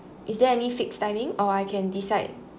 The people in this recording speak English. is there any fixed timing or I can decide